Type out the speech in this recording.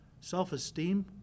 Self-esteem